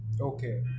Okay